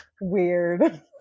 Weird